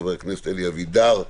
חבר הכנסת אלי אבידר,